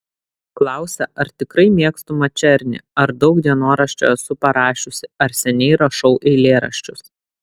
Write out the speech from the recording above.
klausia ar tikrai mėgstu mačernį ar daug dienoraščio esu parašiusi ar seniai rašau eilėraščius